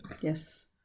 Yes